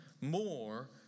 more